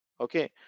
okay